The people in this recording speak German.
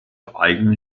eigenen